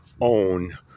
own